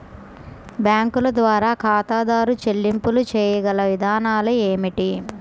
బ్యాంకుల ద్వారా ఖాతాదారు చెల్లింపులు చేయగల విధానాలు ఏమిటి?